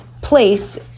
place